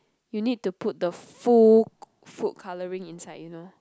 you need to put the full food coloring inside you know